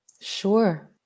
Sure